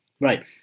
Right